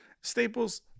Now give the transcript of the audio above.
Staples